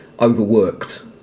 overworked